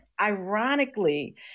ironically